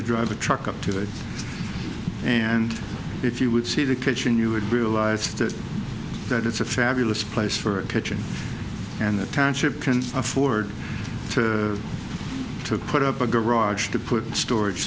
to drive a truck up to it and if you would see the kitchen you would realize that it's a fabulous place for a kitchen and the township afford to put up a garage to put storage